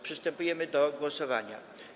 Przystępujemy do głosowania.